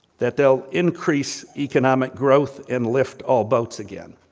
that they'll increase economic growth and lift all boats again.